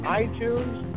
iTunes